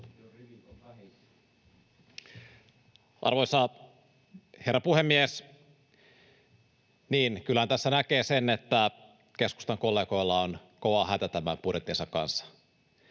Arvoisa herra puhemies! Niin, kyllähän tässä näkee sen, että keskustan kollegoilla on kova hätä tämän budjettinsa kanssa.